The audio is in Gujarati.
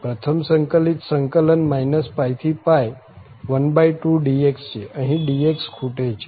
પ્રથમ સંકલિત સંકલન -π થી 12 dx છે અહીં dx ખૂટે છે